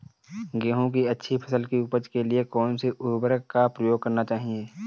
गेहूँ की अच्छी फसल की उपज के लिए कौनसी उर्वरक का प्रयोग करना चाहिए?